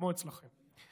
כמו אצלכם,